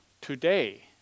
today